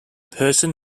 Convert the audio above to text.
person